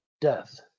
death